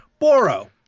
Boro